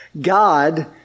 God